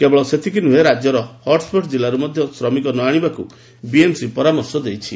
କେବଳ ସେତିକି ନୁହେଁ ରାକ୍ୟର ହଟସ୍ୱଟ ଜିଲ୍ଲାରୁ ମଧ୍ୟ ଶ୍ରମିକ ନଆଶିବାକୁ ବିଏମସି ପରାମର୍ଶ ଦେଇଛି